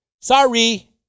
Sorry